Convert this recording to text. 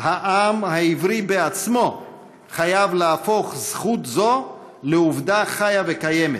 "העם העברי בעצמו חייב להפוך זכות זו לעובדה חיה וקיימת,